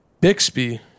Bixby